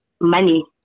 money